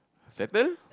settle